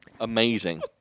amazing